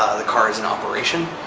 ah the car is in operation.